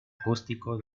acústico